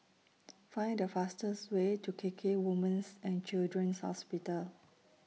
Find The fastest Way to K K Women's and Children's Hospital